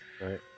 Right